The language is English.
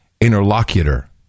Interlocutor